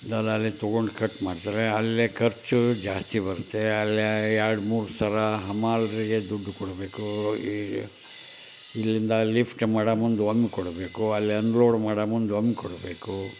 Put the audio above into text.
ದಲ್ಲಾಳಿ ತಗೊಂಡು ಕಟ್ ಮಾಡ್ತಾರೆ ಅಲ್ಲೇ ಖರ್ಚು ಜಾಸ್ತಿ ಬರುತ್ತೆ ಅಲ್ಲೇ ಎರಡು ಮೂರು ಸಲ ಮಾಲ್ರಿಗೆ ದುಡ್ಡು ಕೊಡಬೇಕು ಈ ಇಲ್ಲಿಂದ ಲಿಫ್ಟ್ ಮಾಡಿ ಮುಂದು ಒಂದು ಕೊಡಬೇಕು ಅಲ್ಲಿ ಅನ್ಲೋಡ್ ಮಾಡೋ ಮುಂದೆ ಒಂದು ಕೊಡಬೇಕು